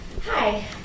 Hi